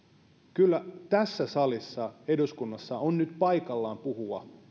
kyllä tässä salissa eduskunnassa on nyt paikallaan puhua